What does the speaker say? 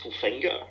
finger